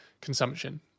consumption